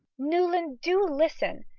newland! do listen.